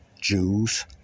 Jews